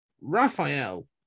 Raphael